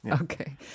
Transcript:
Okay